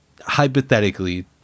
hypothetically